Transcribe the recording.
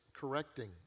correcting